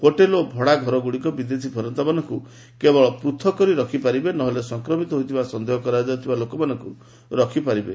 hotel ଓ ଭଡ଼ା ଘରଗୁଡ଼ିକ ବିଦେଶୀ ଫେରନ୍ତାମାନଙ୍କୁ କେବଳ ପୂଥକ କରି ରଖି ପାରିବେ ନହେଲେ ସଂକ୍ରମିତ ହୋଇଥିବାର ସନ୍ଦେହ କରାଯାଉଥିବା ଲୋକମାନଙ୍କୁ ରଖିପାରିବେ